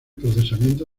procesamiento